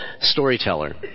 Storyteller